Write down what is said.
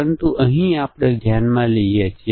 તેથી આ આપણે એક નિયમ તરીકે કહીએ છીએ